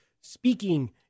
speaking